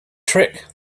trick